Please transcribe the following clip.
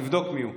תבדוק מי הוא.